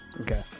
Okay